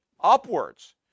upwards